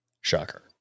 shocker